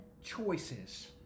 choices